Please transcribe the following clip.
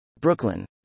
Brooklyn